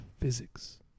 physics